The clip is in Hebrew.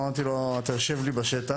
אמרתי לו, אתה יושב לי בשטח.